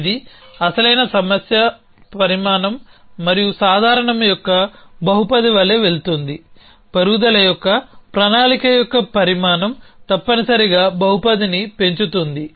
ఇది అసలైన సమస్య పరిమాణం మరియు సాధారణం యొక్క బహుపది వలె వెళుతుంది పెరుగుదల యొక్క ప్రణాళిక యొక్క పరిమాణం తప్పనిసరిగా బహుపదిని పెంచుతుంది